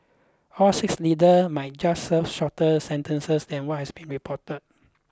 all six leader might just serve shorter sentences than what has been reported